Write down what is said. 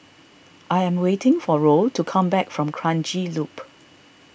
I am waiting for Roe to come back from Kranji Loop